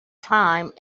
time